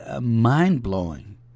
mind-blowing